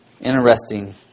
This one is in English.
Interesting